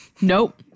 Nope